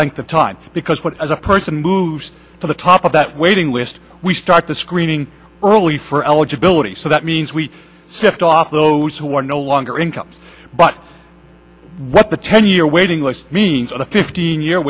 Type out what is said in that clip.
length of time because what as a person moves to the top of that waiting list we start the screening early for eligibility so that means we shift off those who are no longer incomes but what the ten year waiting list means a fifteen year